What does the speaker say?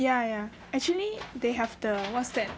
yeah yeah actually they have the what's that